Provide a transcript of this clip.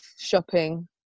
shopping